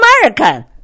American